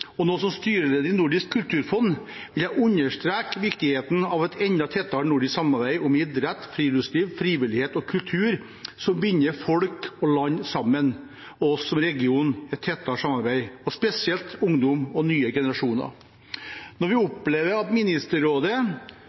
og nå som styreleder i Nordisk kulturfond vil jeg understreke viktigheten av et enda tettere nordisk samarbeid om idrett, friluftsliv, frivillighet og kultur, noe som binder folk og land sammen og oss som region i et tettere samarbeid, spesielt ungdom og nye generasjoner. Når vi opplever at Ministerrådet